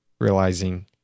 realizing